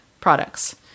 products